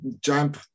jump